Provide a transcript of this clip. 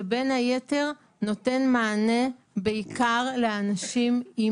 שבין היתר נותן מענה לאנשים עם